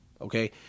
Okay